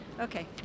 Okay